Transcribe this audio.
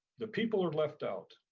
the people are left out.